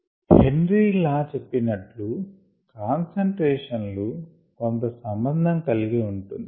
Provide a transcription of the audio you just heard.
Henry లా చెప్పినట్లు concentration లు కొంత సంభంధం కలిగి ఉంటుంది